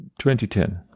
2010